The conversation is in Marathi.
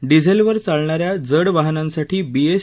डिझेलवर चालणाऱ्या जड वाहनांसाठी बी एस